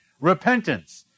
Repentance